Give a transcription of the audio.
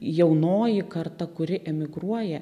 jaunoji karta kuri emigruoja